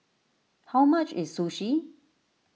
how much is Sushi